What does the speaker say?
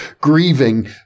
grieving